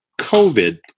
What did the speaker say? COVID